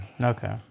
Okay